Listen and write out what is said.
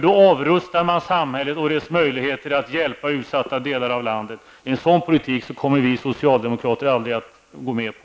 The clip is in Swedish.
Då avrustar man samhället och dess möjligheter att hjälpa utsatta delar av landet. En sådan politik kommer vi socialdemokrater aldrig att gå med på.